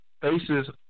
faces